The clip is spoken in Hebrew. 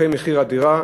אחרי מחירי הדירות,